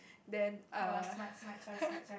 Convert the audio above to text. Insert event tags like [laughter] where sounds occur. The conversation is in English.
then err [laughs]